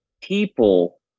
people